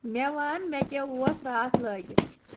مےٚ ون مےٚ کیٛاہ اُوس راتھ لٲگِتھ